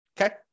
okay